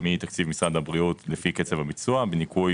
מתקציב משרד הבריאות לפי קצב הביצוע בניכוי